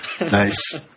Nice